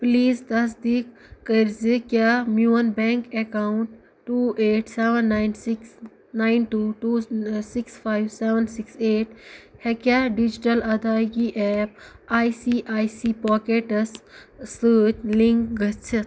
please تصدیق کٔر زِ کیٛاہ میون bank account two eight seven nine six nine two two six five seven six eight ہیٚکیا ڈِجٹل ادٲیگی app I C I C pockets سۭتۍ لنک گٔژھِتھ